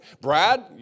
Brad